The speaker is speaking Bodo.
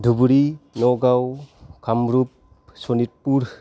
धुबुरि नगाव कामरुप सनितपुर